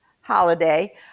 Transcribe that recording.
holiday